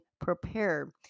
prepared